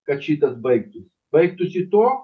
kad šitas baigtųsi baigtųsi tuo